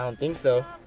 um think so.